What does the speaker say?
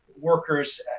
workers